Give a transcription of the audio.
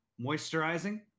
moisturizing